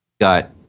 got